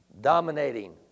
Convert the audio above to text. dominating